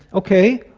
okay,